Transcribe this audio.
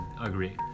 agree